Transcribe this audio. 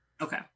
Okay